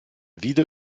wieder